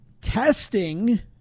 testing